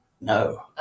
No